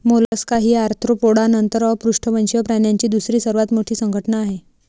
Mollusca ही Arthropoda नंतर अपृष्ठवंशीय प्राण्यांची दुसरी सर्वात मोठी संघटना आहे